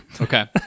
Okay